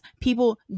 people